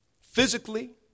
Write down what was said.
physically